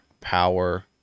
power